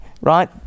right